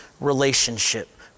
relationship